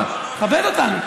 וכשהוא יצא החוצה,